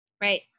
Right